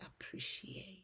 appreciate